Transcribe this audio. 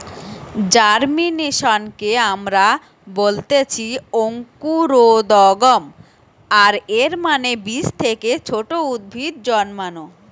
জার্মিনেশনকে আমরা বলতেছি অঙ্কুরোদ্গম, আর এর মানে বীজ থেকে ছোট উদ্ভিদ জন্মানো